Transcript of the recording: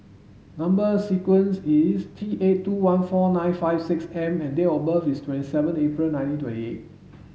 number sequence is T eight two one four nine five six M and date of birth is twenty seven April nineteen twenty eight